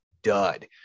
dud